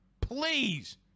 Please